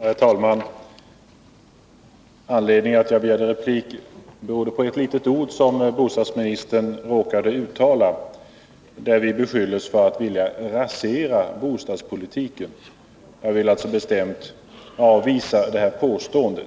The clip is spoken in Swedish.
Herr talman! Anledningen till att jag begärde replik var ett litet ord som bostadsministern råkade uttala. Vi moderater beskylldes för att vilja rasera bostadspolitiken. Jag vill bestämt avvisa detta påstående.